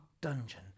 dungeon